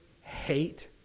hate